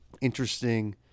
interesting